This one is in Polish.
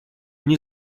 nie